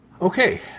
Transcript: Okay